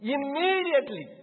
Immediately